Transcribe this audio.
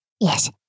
Yes